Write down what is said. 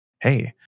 hey